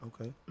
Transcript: Okay